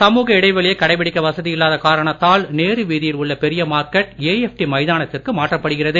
சமூக இடைவெளியை கடைபிடிக்க வசதி இல்லாத காரணத்தால் நேரு வீதியில் உள்ள பெரிய மார்க்கெட் ஏஎப்டி மைதானத்திற்கு மாற்றப்படுகிறது